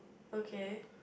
okay